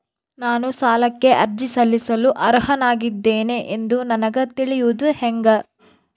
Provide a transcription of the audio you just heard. ನಾನು ಸಾಲಕ್ಕೆ ಅರ್ಜಿ ಸಲ್ಲಿಸಲು ಅರ್ಹನಾಗಿದ್ದೇನೆ ಎಂದು ನನಗ ತಿಳಿಯುವುದು ಹೆಂಗ?